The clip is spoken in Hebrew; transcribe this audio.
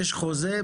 יש חוזה,